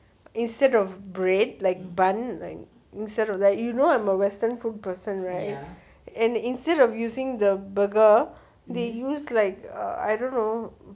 instead of bread like bun like instead of that you know I'm a western food person right and instead of using the burger they use like I don't know